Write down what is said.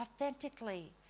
authentically